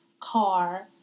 car